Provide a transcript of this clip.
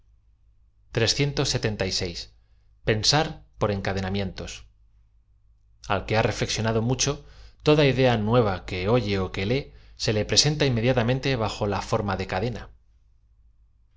o r encadenamientos a l que ha reflexionado mucho toda idea nueva que oye ó que lee ae ie presenta inmediatamente b o la form a de cadena